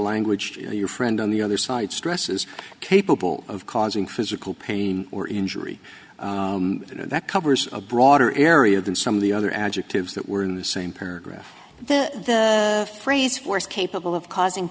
language your friend on the other side stress is capable of causing physical pain or injury and that covers a broader area than some of the other adjectives that were in the same paragraph the the phrase force capable of causing